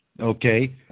Okay